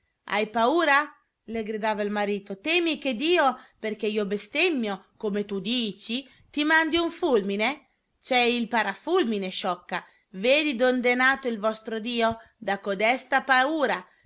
hai paura le gridava il marito temi che dio perché io bestemmio come tu dici ti mandi un fulmine c'è il parafulmine sciocca vedi dond'è nato il vostro dio da codesta paura